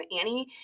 Annie